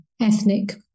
ethnic